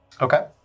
Okay